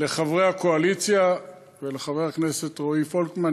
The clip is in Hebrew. חברי הקואליציה ואל חבר הכנסת רועי פולקמן,